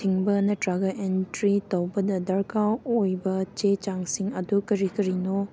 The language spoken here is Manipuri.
ꯊꯤꯡꯕ ꯅꯠꯇ꯭ꯔꯒ ꯑꯦꯟꯇ꯭ꯔꯤ ꯇꯧꯕꯗ ꯗꯔꯀꯥꯔ ꯑꯣꯏꯕ ꯆꯦꯆꯥꯡꯁꯤꯡ ꯑꯗꯨ ꯀꯔꯤ ꯀꯔꯤꯅꯣ